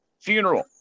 funeral